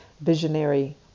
visionary